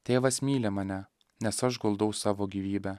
tėvas myli mane nes aš guldau savo gyvybę